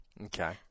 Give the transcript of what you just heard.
Okay